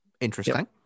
interesting